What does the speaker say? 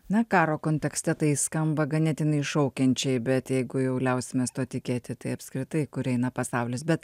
na karo kontekste tai skamba ganėtinai iššaukiančiai bet jeigu jau liausimės tuo tikėti tai apskritai kur eina pasaulis bet